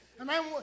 Amen